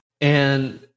And-